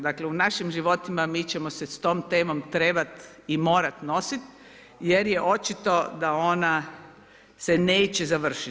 Dakle, u našim životima mi ćemo se s tom temom trebat i morat nosit jer je očito da ona se neće završiti.